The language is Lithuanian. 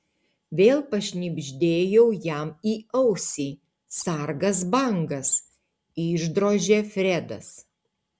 vėl pašnibždėjau jam į ausį sargas bangas išdrožė fredas